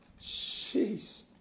Jeez